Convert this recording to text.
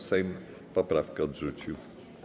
Sejm poprawkę odrzucił.